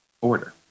order